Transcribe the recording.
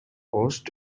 lost